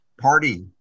party